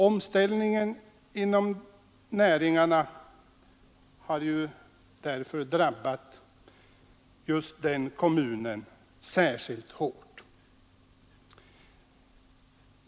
Omställningen inom näringarna har därför drabbat just den kommunen särskilt hårt.